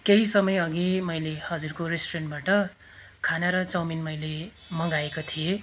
केही समयअघि मैले हजुरको रेस्टुरेन्टबाट खाना र चाउमिन मैले मगाएको थिएँ